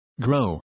grow